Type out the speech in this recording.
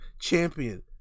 champion